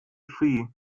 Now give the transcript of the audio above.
ski